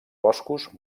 boscos